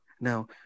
Now